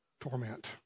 torment